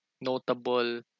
notable